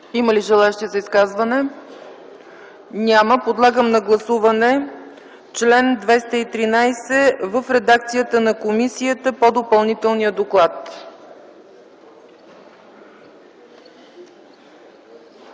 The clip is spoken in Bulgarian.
Има ли желаещи за изказване? Няма. Подлагам на гласуване чл. 213 в редакцията на комисията по допълнителния доклад.